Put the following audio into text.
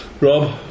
Rob